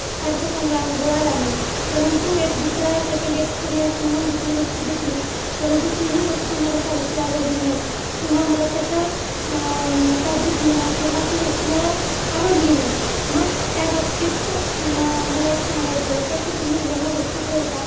फारसा चांगला अनुभव आला नाही परंतु एक दुसरा सेकंड एक्सपीरियन्स म्हणून दुसरी वस्तू घेतली परंतु तीही वस्तू मला फारशी आवडली नाही किंवा मला त्याचं फॅब्रिक म्हणा किंवा ती वस्तू मला आवडली नाही मग त्याबाबतीत मा मला एक सांगायचं होतं की तुम्ही जेव्हा वस्तू ठेवता